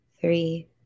three